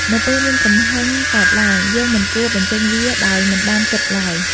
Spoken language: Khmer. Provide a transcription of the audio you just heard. នៅពេលមានកំហឹងកើតឡើង យើងមិនគួរបញ្ចេញវាដោយមិនបានគិតឡើយ។